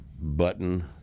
button